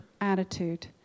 attitude